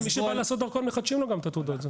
מי שבא להוציא דרכון, מחדשים לו את תעודת הזהות.